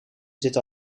zit